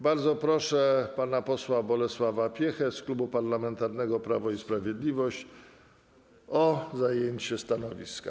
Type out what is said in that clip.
Bardzo proszę pana posła Bolesława Piechę z Klubu Parlamentarnego Prawo i Sprawiedliwość o zajęcie stanowiska.